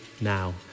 now